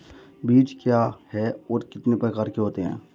बीज क्या है और कितने प्रकार के होते हैं?